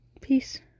Peace